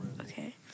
Okay